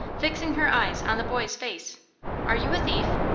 fixing her eyes on the boy's face are you a thief?